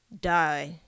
die